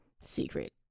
Secret